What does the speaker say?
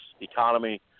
economy